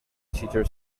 teacher